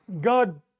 God